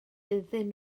iddyn